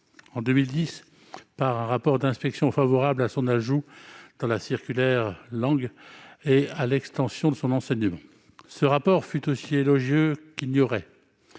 en 2010, par un rapport d'inspection favorable à son ajout dans la circulaire Lang et à l'extension de son enseignement. Ce rapport fut aussi élogieux qu'ignoré.